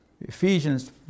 Ephesians